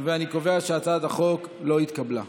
אני קובע שהצעת החוק לא התקבלה.